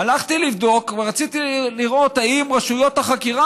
הלכתי לבדוק ורציתי לראות אם רשויות החקירה